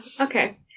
Okay